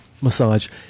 massage